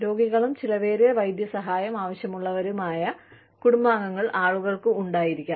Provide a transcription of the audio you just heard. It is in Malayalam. രോഗികളും ചെലവേറിയ വൈദ്യസഹായം ആവശ്യമുള്ളവരുമായ കുടുംബാംഗങ്ങൾ ആളുകൾക്ക് ഉണ്ടായിരിക്കാം